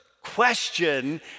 question